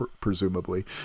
presumably